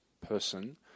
person